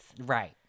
right